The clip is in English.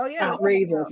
outrageous